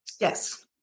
yes